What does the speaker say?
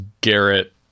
Garrett